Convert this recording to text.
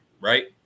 right